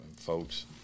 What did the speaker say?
folks